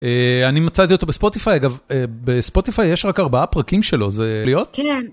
אה, אני מצאתי אותו בספוטיפאי, אגב, בספוטיפאי יש רק ארבעה פרקים שלו, זה להיות? כן.